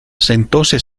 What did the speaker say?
sentóse